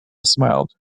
smiled